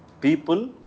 people